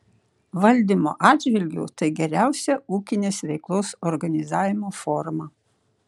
valdymo atžvilgiu tai geriausia ūkinės veiklos organizavimo forma